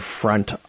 front